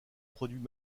produits